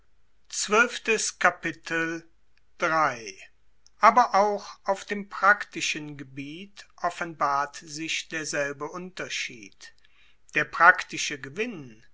aber auch auf dem praktischen gebiet offenbart sich derselbe unterschied der praktische gewinn